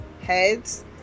heads